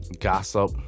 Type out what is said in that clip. gossip